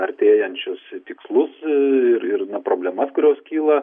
artėjančius tikslus ir ir na problemas kurios kyla